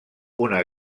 una